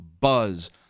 buzz